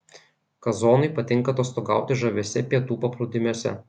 kazonui patinka atostogauti žaviuose pietų paplūdimiuose